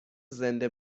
زنده